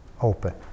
open